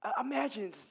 Imagine